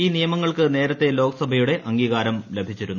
ഈ നിയമങ്ങൾക്ക് നേരത്തെ ലോകസഭയുടെ അംഗീകാരം ലഭിച്ചിരുന്നു